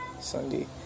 sunday